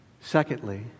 secondly